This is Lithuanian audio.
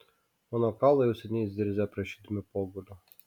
mano kaulai jau seniai zirzia prašydami pogulio